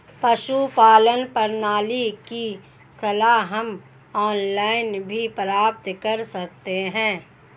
पशुपालन प्रणाली की सलाह हम ऑनलाइन भी प्राप्त कर सकते हैं